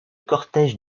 cortège